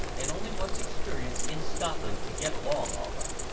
and only wants experience in scotland to get along all right.